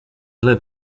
live